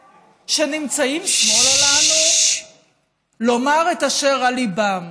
שנמצאים שמאלה לנו לומר את אשר על ליבם.